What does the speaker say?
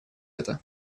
это